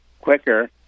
quicker